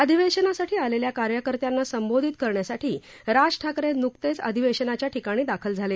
अधिवेशनासाठी आलेल्या कार्यकर्त्यांना संबोधित करण्यासाठी राज ठाकरे नुकतेच अधिवेशनाच्या ठिकाणी दाखल झाले